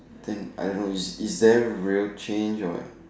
then I don't know is there real change or